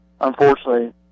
unfortunately